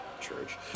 church